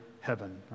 heaven